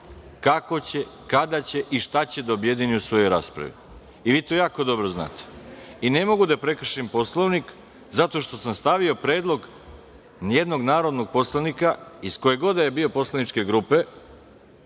kako će, kada će i šta da objedini u svojoj raspravi. I, vi to jako dobro znate. I, ne mogu da prekršim Poslovnik zato što sam stavio predlog jednog narodnog poslanika, iz koje god da je bio poslaničke grupe,